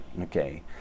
okay